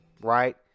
right